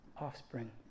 offspring